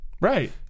Right